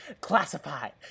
classified